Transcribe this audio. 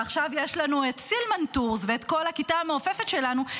ועכשיו יש לנו את סילמן טורס ואת כל הכיתה המעופפת שלנו,